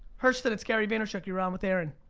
herston, it's gary vaynerchuk, you're on with aaron.